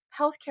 healthcare